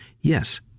yes